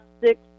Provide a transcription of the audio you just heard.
six